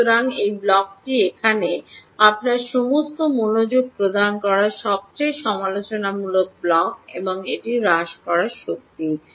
সুতরাং এই ব্লকটি এখানে আপনার সমস্ত মনোযোগ প্রদান করা সবচেয়ে সমালোচনামূলক ব্লক এবং এটি হ্রাস করা শক্তি